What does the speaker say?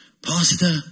Pastor